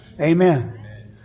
Amen